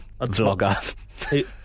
vlogger